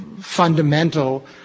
fundamental